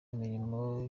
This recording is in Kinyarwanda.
imirimo